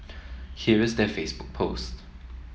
here is their Facebook post